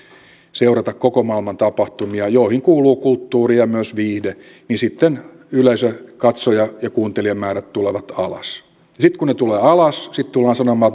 seurata koko maailman tapahtumia joihin kuuluu kulttuuri ja myös viihde niin sitten yleisö katsoja ja kuuntelijamäärät tulevat alas ja sitten kun ne tulevat alas tullaan sanomaan